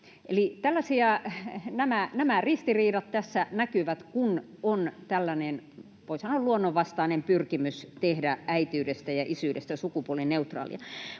nämä ristiriidat tässä näkyvät, kun on tällainen, voi sanoa, luonnonvastainen pyrkimys tehdä äitiydestä ja isyydestä sukupuolineutraalia.